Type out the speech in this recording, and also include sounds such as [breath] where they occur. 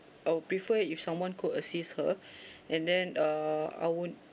I would prefer if someone could assist her [breath] and then uh